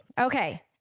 okay